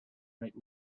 right